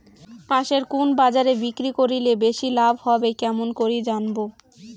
পাশের কুন বাজারে বিক্রি করিলে বেশি লাভ হবে কেমন করি জানবো?